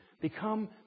Become